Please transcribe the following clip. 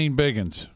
biggins